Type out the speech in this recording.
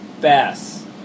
bass